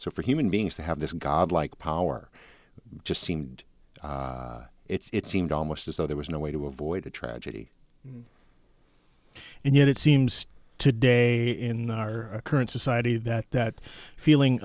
so for human beings to have this godlike power just seemed it's seemed almost as though there was no way to avoid a tragedy and yet it seems today in our current society that that feeling